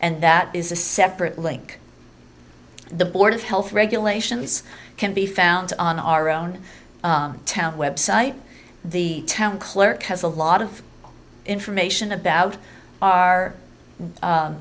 and that is a separate link the board of health regulations can be found on our own town website the town clerk has a lot of information about our